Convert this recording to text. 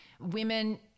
women